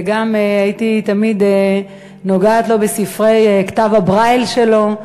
וגם הייתי תמיד נוגעת לו בספרי כתב הברייל שלו.